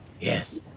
Yes